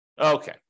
Okay